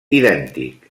idèntic